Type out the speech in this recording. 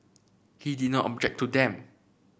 he did not object to them